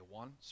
one